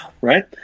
Right